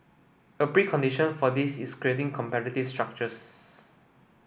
a precondition for this is creating competitive structures